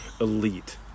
elite